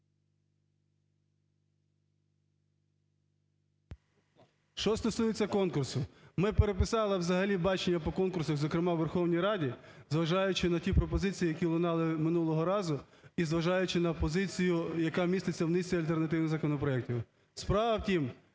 Що стосується конкурсу. Ми переписали, взагалі, бачення по конкурсах, зокрема у Верховній Раді, зважаючи на ті пропозиції, які лунали минулого разу, і зважаючи на позицію, яка міститься в низці альтернативних законопроектів. Справа в тім,